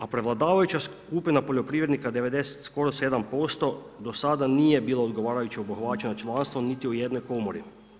A prevladavajuća skupina poljoprivrednika skoro 97% do sada nije bila odgovarajuće obuhvaćena članstvom niti u jednoj komori.